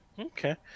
Okay